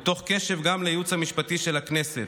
ותוך קשב גם לייעוץ המשפטי של הכנסת,